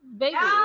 baby